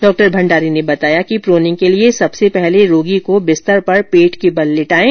डॉ भण्डारी ने बताया कि प्रोनिंग के लिए सबसे पहले रोगी को बिस्तर पर पेट के बल लैटायें